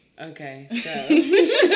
Okay